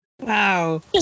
wow